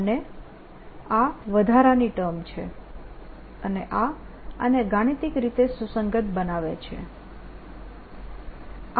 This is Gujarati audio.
અને આ વધારાની ટર્મ છે અને આ આને ગાણિતિક રીતે સુસંગત બનાવે છે